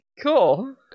cool